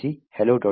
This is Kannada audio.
c o hello